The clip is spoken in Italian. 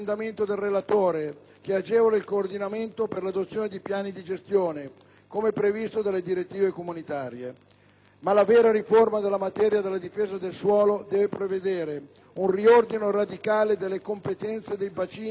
che agevola il coordinamento per l'adozione dei piani di gestione, come previsto dalle direttive comunitarie. Ma la vera riforma della materia della difesa del suolo deve prevedere un riordino radicale delle competenze dei bacini idrografici,